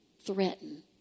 threaten